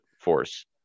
force